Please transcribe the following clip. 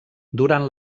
durant